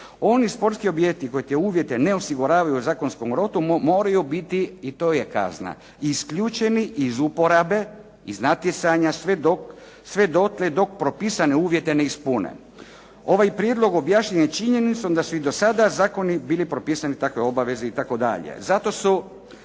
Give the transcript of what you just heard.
Oni sportski objekti koji te uvjete ne osiguravaju u zakonskom roku moraju biti i to je kazna, isključeni iz uporabe, iz natjecanja sve dotle dok propisane uvjete ne ispune. Ovaj prijedlog objašnjen je činjenicom da su i do sada zakoni bili propisani takve obaveze itd.. Zato su,